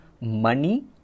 money